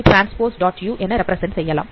u என represent செய்யலாம்